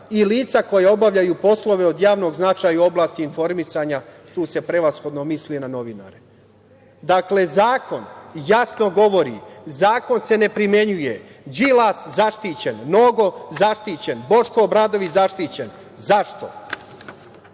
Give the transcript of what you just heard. i lica koja obavljaju poslove od javnog značaja u oblasti informisanja. Tu se prevashodno misli na novinare. Dakle, zakon jasno govori. Zakon se ne primenjuje. Đilas - zaštićen. Nogo -zaštićen. Boško Obradović - zaštićen. Zašto? Viši